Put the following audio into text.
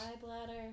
bladder